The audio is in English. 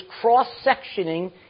cross-sectioning